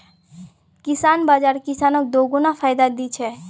किसान बाज़ार किसानक दोगुना फायदा दी छे